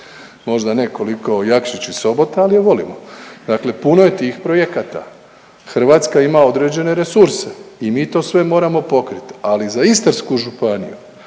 Možda ne koliko Jakšić i Sobota, ali je volimo. Dakle puno je tih projekata. Hrvatska ima određene resurse i mi to sve moramo pokriti, ali za Istarsku županiju